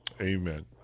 Amen